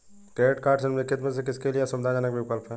Credit cards निम्नलिखित में से किसके लिए सुविधाजनक विकल्प हैं?